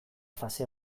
fase